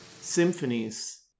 symphonies